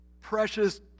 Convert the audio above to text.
precious